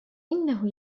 إنه